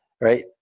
right